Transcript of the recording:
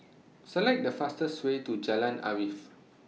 Select The fastest Way to Jalan Arif